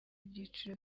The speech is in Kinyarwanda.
byiciro